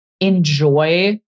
enjoy